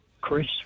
Chris